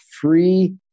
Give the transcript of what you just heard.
free